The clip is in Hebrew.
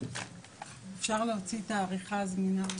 כמו שראינו ביום שני.